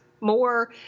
more